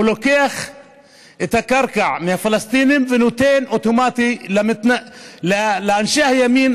הוא לוקח את הקרקע מהפלסטינים ונותן אוטומטית לאנשי הימין,